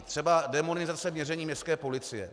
Třeba démonizace měření městské policie.